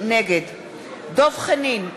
נגד דב חנין,